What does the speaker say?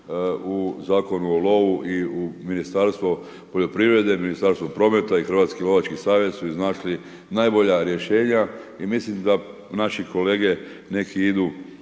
u Zakonu o lovu i u Ministarstvo poljoprivrede, Ministarstvo prometa i Hrvatski lovački savez su iznašli najbolja rješenja i mislim da naši kolege neki idu